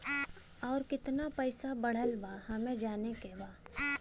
और कितना पैसा बढ़ल बा हमे जाने के बा?